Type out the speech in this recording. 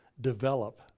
develop